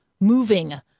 moving